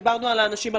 דיברנו על האנשים,